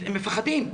הם מפחדים.